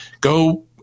Go